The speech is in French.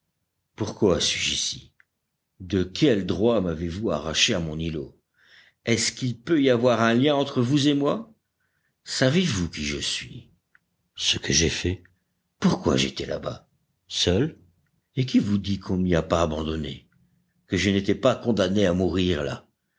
pourquoi suis-je ici de quel droit m'avez-vous arraché à mon îlot est-ce qu'il peut y avoir un lien entre vous et moi savez-vous qui je suis ce que j'ai fait pourquoi j'étais làbas seul et qui vous dit qu'on ne m'y a pas abandonné que je n'étais pas condamné à mourir là